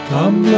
Come